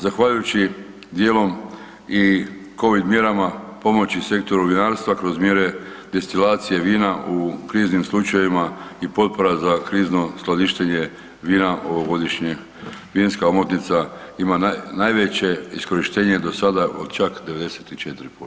Zahvaljujući dijelom i Covid mjerama pomoći sektoru vinarstva kroz mjere destilacije vina u kriznim slučajevima i potpora za krizno skladištenje vina ovogodišnje vinska omotnica ima najveće iskorištenje do sada od čak 94%